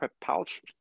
pouch